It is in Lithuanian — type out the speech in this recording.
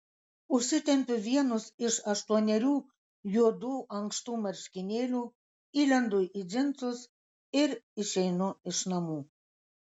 užsitempiu vienus iš aštuonerių juodų ankštų marškinėlių įlendu į džinsus ir išeinu iš namų